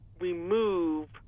remove